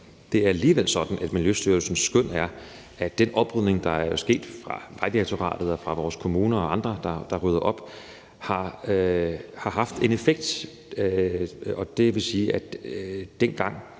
det er alligevel sådan, at Miljøstyrelsens skøn er, at den oprydning, der er sket fra Vejdirektoratet, fra vores kommuner og fra andres side, har haft en effekt, og det vil sige, at man